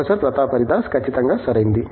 professor Pratap Haridas ఖచ్చితంగా సరైనది